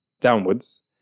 downwards